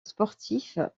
sportif